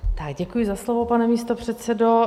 Tak děkuji za slovo, pane místopředsedo.